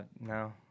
No